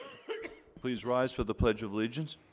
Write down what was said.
please rise for the pledge of allegiance